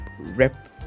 rep